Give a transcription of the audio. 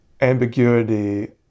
ambiguity